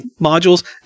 modules